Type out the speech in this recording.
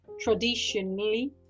traditionally